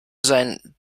sein